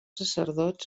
sacerdots